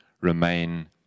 remain